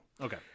Okay